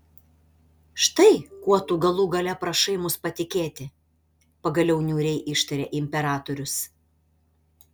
štai kuo tu galų gale prašai mus patikėti pagaliau niūriai ištarė imperatorius